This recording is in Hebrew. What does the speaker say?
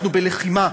אנחנו בלחימה.